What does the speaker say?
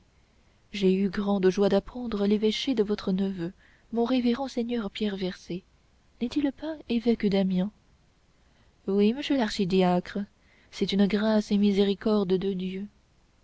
j'ai eu grande joie d'apprendre l'évêché de votre neveu mon révérend seigneur pierre versé n'est-il pas évêque d'amiens oui monsieur l'archidiacre c'est une grâce et miséricorde de dieu